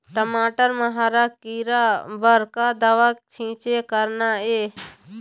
टमाटर म हरा किरा बर का दवा के छींचे करना ये?